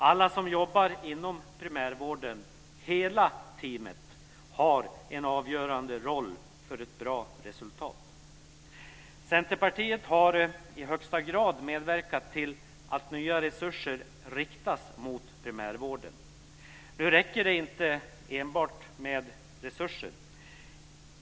Alla som jobbar inom primärvården, hela teamet, har en avgörande roll för ett bra resultat. Centerpartiet har i högsta grad medverkat till att nya resurser kommer primärvården till del. Nu räcker det inte med enbart resurser.